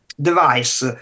device